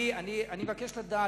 אני מבקש לדעת,